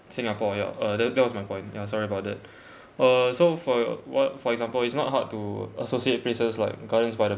singapore ya uh that that was my point yeah sorry about it uh so for what for example it's not hard to associate places like gardens by the